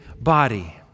body